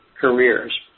careers